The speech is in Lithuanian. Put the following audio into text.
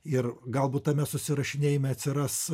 ir galbūt tame susirašinėjime atsiras